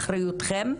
לאחריותכם.